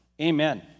amen